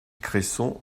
cresson